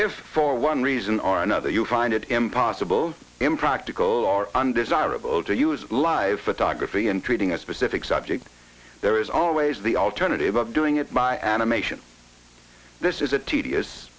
for one reason or another you find it impossible impractical or undesirable to use live photography in treating a specific subject there is always the alternative of doing it by animation this is a tedious